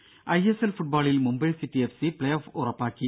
രുര ഐഎസ്എൽ ഫുട്ബോളിൽ Mumbai city F C playoff ഉറപ്പാക്കി